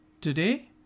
today